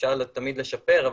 אפשר תמיד לשפר,